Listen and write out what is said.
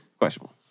Questionable